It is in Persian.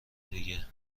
دیگه